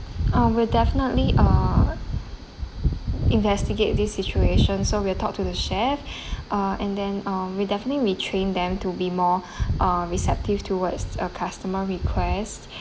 ah we'll definitely uh investigate this situation so we'll talk to the chef ah and then um we'll definitely retrain them to be more uh receptive towards a customer request